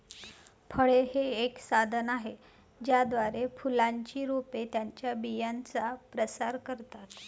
फळे हे एक साधन आहे ज्याद्वारे फुलांची रोपे त्यांच्या बियांचा प्रसार करतात